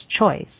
choice